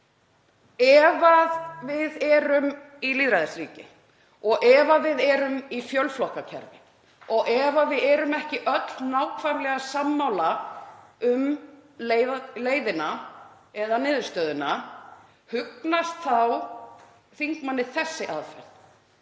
Ef við erum í lýðræðisríki og ef við erum í fjölflokkakerfi og ef við erum ekki öll nákvæmlega sammála um leiðina eða niðurstöðuna, hugnast þá þingmanninum þessi aðferð,